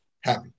happy